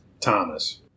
Thomas